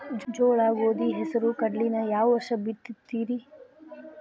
ಜೋಳ, ಗೋಧಿ, ಹೆಸರು, ಕಡ್ಲಿನ ಯಾವ ವರ್ಷ ಬಿತ್ತತಿರಿ?